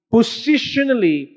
Positionally